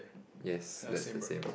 yes that's the same